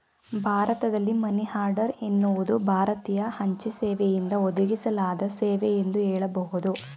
ಭಾರತದಲ್ಲಿ money order ಎನ್ನುವುದು ಭಾರತೀಯ ಅಂಚೆ ಸೇವೆಯಿಂದ ಒದಗಿಸಲಾದ ಸೇವೆ ಎಂದು ಹೇಳಬಹುದು